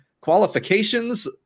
qualifications